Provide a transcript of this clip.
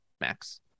Max